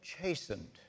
chastened